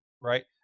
Right